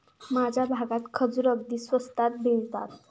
माझ्या भागात खजूर अगदी स्वस्तात मिळतात